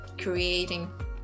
creating